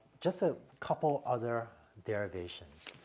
just a couple other derivations.